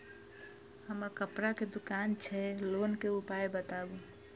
हमर कपड़ा के दुकान छै लोन के उपाय बताबू?